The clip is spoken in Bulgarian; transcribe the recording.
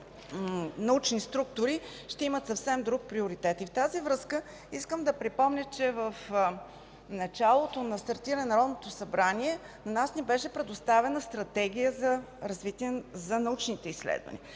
научни структури ще имат съвсем друг приоритет. Във връзка с това искам да припомня, че в началото на стартирането на Народното събрание ни беше предоставена Стратегия за развитие на научните изследвания.